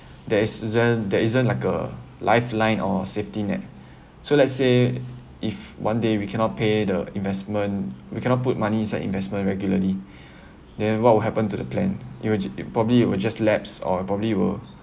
there isn't there isn't like a lifeline or safety net so let's say if one day we cannot pay the investment we cannot put money inside investment regularly then what will happen to the plan it will probably will just lapse or probably will